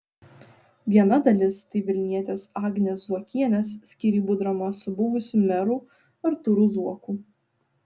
viena dalis tai vilnietės agnės zuokienės skyrybų drama su buvusiu meru artūru zuoku